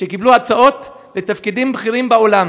שקיבלו הצעות לתפקידים בכירים בעולם: